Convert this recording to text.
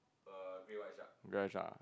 the red shark ah